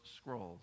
scrolls